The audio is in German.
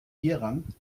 hieran